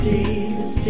Jesus